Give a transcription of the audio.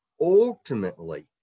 ultimately